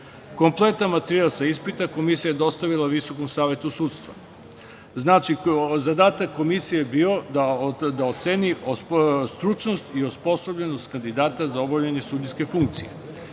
Kompletan materijal sa ispita Komisija je dostavila Visokom savetu sudstva. Znači, zadatak Komisije je bio da oceni stručnost i osposobljenost kandidata za obavljanje sudijske funkcije. Visoki